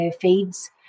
feeds